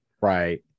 Right